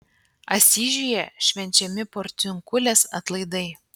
asyžiuje švenčiami porciunkulės atlaidai